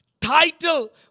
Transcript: title